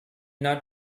not